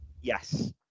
Yes